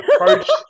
approach